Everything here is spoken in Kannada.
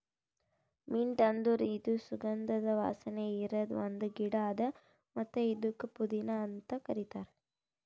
ಮಿಂಟ್ ಅಂದುರ್ ಇದು ಸುಗಂಧದ ವಾಸನೆ ಇರದ್ ಒಂದ್ ಗಿಡ ಅದಾ ಮತ್ತ ಇದುಕ್ ಪುದೀನಾ ಅಂತ್ ಕರಿತಾರ್